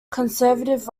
conservative